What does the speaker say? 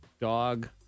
dog